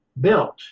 built